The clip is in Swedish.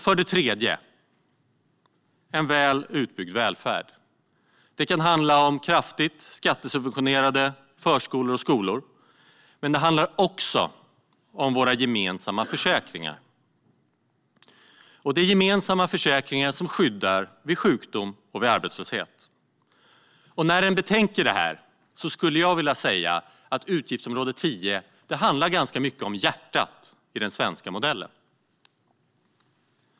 För det tredje en väl utbyggd välfärd. Det kan handla om kraftigt skattesubventionerade förskolor och skolor. Men det handlar också om våra gemensamma försäkringar. Det är gemensamma försäkringar som skyddar vid sjukdom och arbetslöshet. När en betänker detta skulle jag vilja säga att utgiftsområde 10 handlar ganska mycket om hjärtat i den svenska modellen.